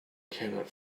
cannot